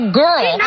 girl